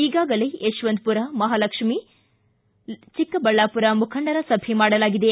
ಈಗಾಗಲೇ ಯಶವಂತಪುರ ಮಹಾಲಕ್ಷ್ಮಿ ಚಿಕ್ಕಬಳ್ಳಾಪುರ ಮುಖಂಡರ ಸಭೆ ಮಾಡಲಾಗಿದೆ